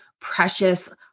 precious